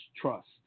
trust